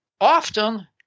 often